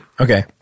Okay